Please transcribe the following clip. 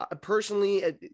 Personally